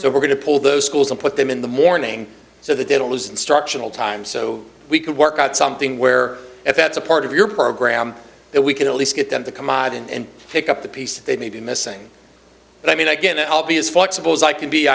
so we're going to pull those schools and put them in the morning so the daedalus instructional time so we can work out something where if that's a part of your program that we can at least get them to come out and pick up the pieces they may be missing but i mean again i'll be as flexible as i can be